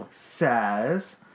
says